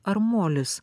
ar molis